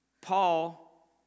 Paul